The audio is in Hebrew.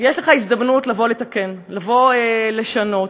יש לך הזדמנות לתקן, לשנות.